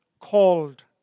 called